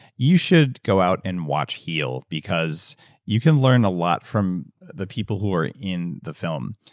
you should go out and watch heal, because you can learn a lot from the people who are in the film.